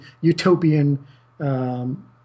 utopian